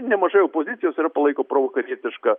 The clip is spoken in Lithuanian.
nemažai opozicijos yra palaiko provakarietišką